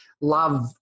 love